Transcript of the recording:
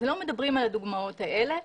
לא מדברים על הדוגמאות האלה.